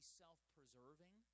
self-preserving